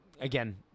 again